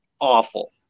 awful